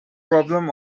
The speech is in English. problem